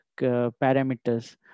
parameters